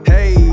Hey